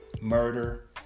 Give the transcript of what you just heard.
murder